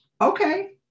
okay